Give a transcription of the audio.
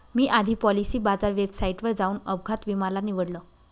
मी आधी पॉलिसी बाजार वेबसाईटवर जाऊन अपघात विमा ला निवडलं